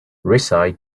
recite